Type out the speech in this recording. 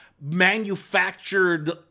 manufactured